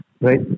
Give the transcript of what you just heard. right